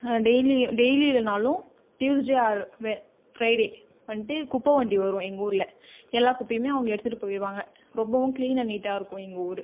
டெய்லியும் டெய்லி இல்லை நாலு தியுஸ்டே ஆர் வே ஃப்ரைடே வந்துட்டு குப்பை வண்டி வரும் எங்கள் ஊரில் எல்லா குப்பையுமே அவங்க எடுத்துகிட்டு போய்ருவாங்க ரொம்பவும் கிளீன் அண்ட் நீட்டாக இருக்குது எங்கள் ஊர்